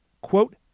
quote